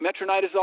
metronidazole